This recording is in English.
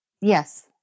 Yes